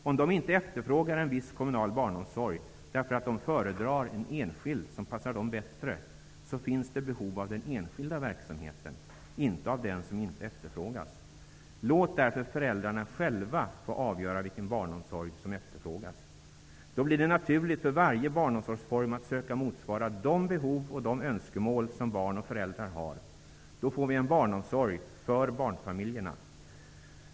Om de inte efterfrågar en viss kommunal barnomsorg därför att de föredrar en enskild som passar dem bättre, finns det behov av den enskilda verksamheten och inte av den som inte efterfrågas. Låt därför föräldrarna själva få avgöra vilken barnomsorg de efterfrågar. Då blir det naturligt för varje barnomsorgsform att söka motsvara de behov och önskemål som barn och föräldrar har. Vi får då en barnomsorg för barnfamiljerna.